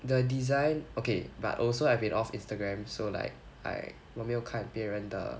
the design okay but also I've been off instagram so like I 我没有看别人的